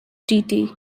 deity